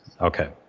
Okay